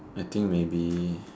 I think maybe